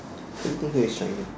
everything here is Chinese